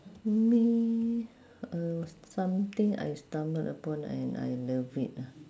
me uh something I stumbled upon and I love it ah